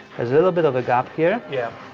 there's a little bit of a gap here. yeah.